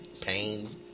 pain